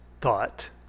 thought